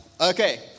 Okay